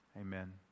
Amen